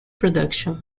production